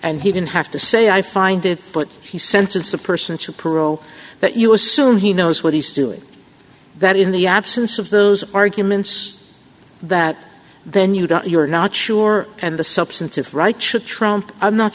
and he didn't have to say i find it but he sentence a person should parole but you assume he knows what he's doing that in the absence of those arguments that then you don't you're not sure and the substantive rights should trump i'm not